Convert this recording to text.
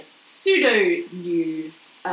pseudo-news